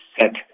set